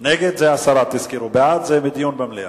נגד זה הסרה, בעד זה לדיון במליאה.